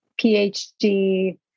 PhD